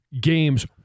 games